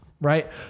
right